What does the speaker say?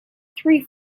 three